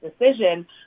decision